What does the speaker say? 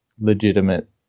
legitimate